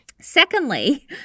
Secondly